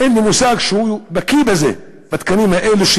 אין לי מושג אם הוא בקי בזה, בתקנים האלה,